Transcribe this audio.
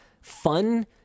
fun